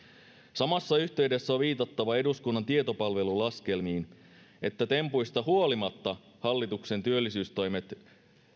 samassa yhteydessä on viitattava eduskunnan tietopalvelun laskelmiin että tempuista huolimatta hallituksen työllisyystoimet